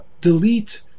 delete